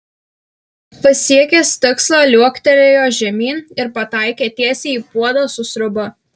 pasiekęs tikslą liuoktelėjo žemyn ir pataikė tiesiai į puodą su sriuba